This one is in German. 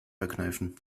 verkneifen